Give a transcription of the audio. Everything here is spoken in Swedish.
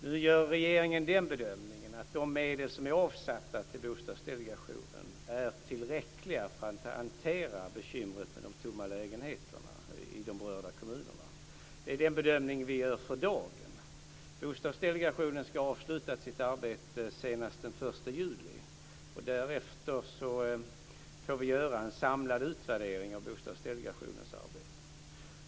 Nu gör regeringen den bedömningen att de medel som är avsatta till Bostadsdelegationen är tillräckliga för att hantera bekymret med de tomma lägenheterna i de berörda kommunerna. Det är den bedömning vi gör för dagen. Bostadsdelegationen ska ha avslutat sitt arbete senast den 1 juli. Därefter får vi göra en samlad utvärdering av Bostadsdelegationens arbete.